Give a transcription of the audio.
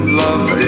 love